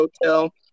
hotel